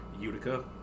Utica